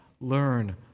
Learn